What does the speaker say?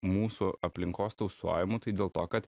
mūsų aplinkos tausojimu tai dėl to kad